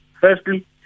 Firstly